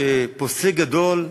כפוסק גדול,